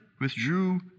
withdrew